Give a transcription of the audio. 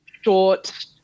short